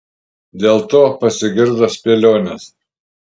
dėl to pasigirdo spėlionės